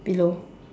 below